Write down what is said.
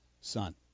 son